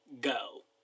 go